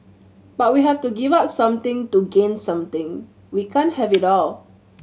but we have to give up something to gain something we can't have it all